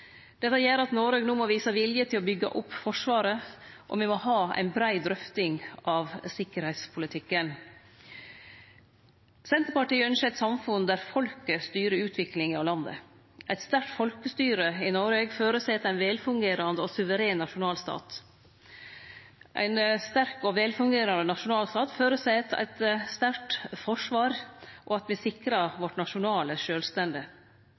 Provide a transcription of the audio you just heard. Dette gjer at Noreg no må vise vilje til å byggje opp Forsvaret, og me må ha ei brei drøfting av sikkerheitspolitikken. Senterpartiet ynskjer eit samfunn der folket styrer utviklinga av landet. Eit sterkt folkestyre i Noreg føreset ein velfungerande og suveren nasjonalstat. Ein sterk og velfungerande nasjonalstat føreset eit sterkt forsvar og at me sikrar vårt nasjonale sjølvstende.